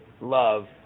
love